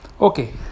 Okay